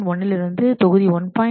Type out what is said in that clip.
1 லிருந்து தொகுதி 1